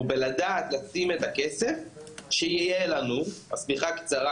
זה בלדעת לשים את הכסף שיהיה לנו - השמיכה קצרה,